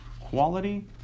quality